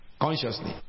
consciously